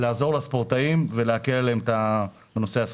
לעזור לספורטאים ולהקל עליהם את הנושא.